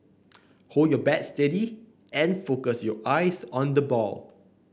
hold your bat steady and focus your eyes on the ball